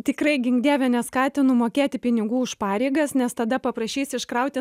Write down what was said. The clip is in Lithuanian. tikrai gink dieve neskatinu mokėti pinigų už pareigas nes tada paprašys iškrauti